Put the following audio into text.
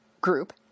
group